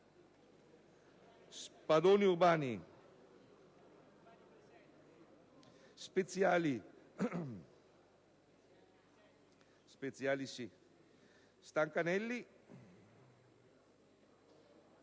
Spadoni Urbani, Speziali, Stancanelli,